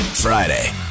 Friday